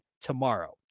tomorrow